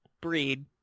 breed